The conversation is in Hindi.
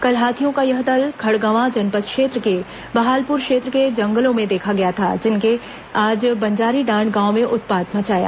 कल हाथियों का यह दल खड़गवां जनपद क्षेत्र के बहालपुर क्षेत्र के जंगलों में देखा गया था जिसने आज बंजारीडांड गांव में उत्पात मचाया